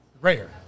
Rare